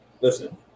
Listen